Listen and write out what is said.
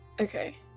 Okay